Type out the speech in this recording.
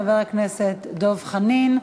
חבר הכנסת דב חנין,